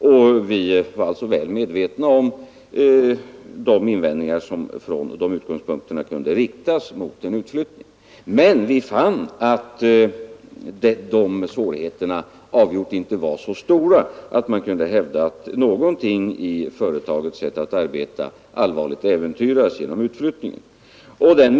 Vi var Nr 136 alltså väl medvetna om de invändningar som från de utgångspunkterna Måndagen den kunde riktas mot en utflyttning. Men vi fann att de svårigheterna avgjort 11 december 1972 inte var så stora att man kan hävda att någonting i företagets sätt att On arbeta allvarligt äventyrades genom en utflyttning. Ang.